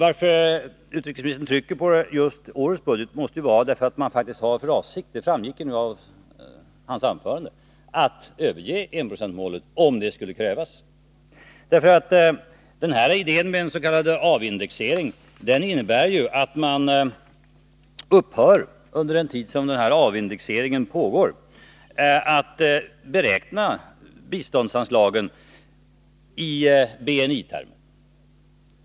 Att utrikesministern trycker på just årets budget måste bero på att man faktiskt har för avsikt — det framgick nu av hans anförande — att överge enprocentsmålet om det skulle krävas. Denna idé med en s.k. avindexering innebär att man, under den tid som denna avindexering pågår, upphör att beräkna biståndsanslagen i BNI-termer.